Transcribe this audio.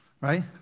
Right